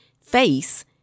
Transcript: face